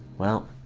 well